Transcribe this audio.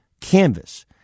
canvas